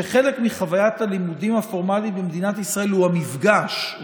שחלק מחוויית הלימודים הפורמלית במדינת ישראל הוא המפגש,